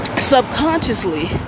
subconsciously